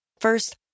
First